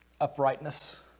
uprightness